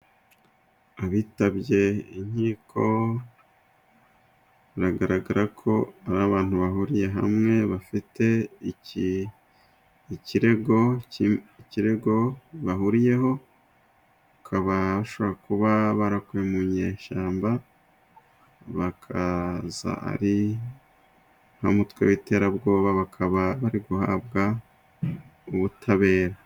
Abitabye inkiko , biragaragara ko ari abantu bahuriye hamwe bafite ikirego bahuriyeho , bakaba bashobora kuba barakuwe mu nyeshyamba , bakaza ari nk'umutwe w'iterabwoba bakaba bari guhabwa ubutabera.